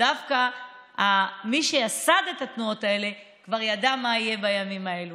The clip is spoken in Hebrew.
דווקא מי שייסד את התנועות האלה כבר ידע מה יהיה בימים האלה,